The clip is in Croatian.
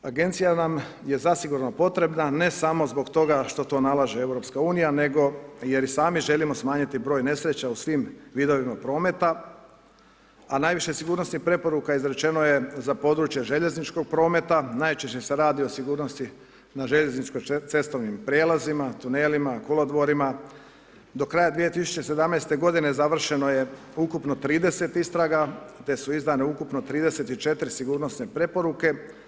Agencija nam je zasigurno potrebna, ne samo zbog toga što to nalaže EU, nego jer i sami želimo smanjiti broj nesreća u svim vidovima prometa, a najviše sigurnosnih preporuka izrečeno je za područje željezničkog prometa najčešće se radi o sigurnosti na željezničko cestovnim prijelazima, tunelima, kolodvorima, do kraja 2017. godine završeno je ukupno 30 istraga te su izdane ukupno 34 sigurnosne preporuke.